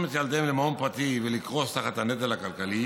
את ילדיהם למעון פרטי ולקרוס תחת הנטל הכלכלי